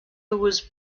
was